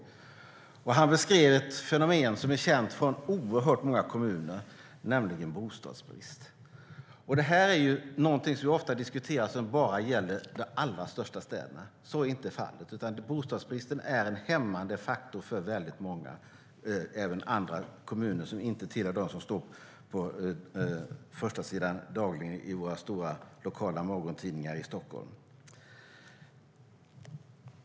Peter Lindroth beskrev ett fenomen som är känt från oerhört många kommuner, nämligen bostadsbrist. Detta diskuteras ofta som om det bara gäller de allra största städerna. Men så är inte fallet, utan bostadsbristen är en hämmande faktor även för andra kommuner som inte nämns på förstasidan i våra stora morgontidningar i Stockholm.